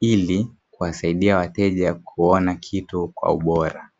ili kuwasaidia wateja kuona kitu kwa ubora.